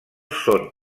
són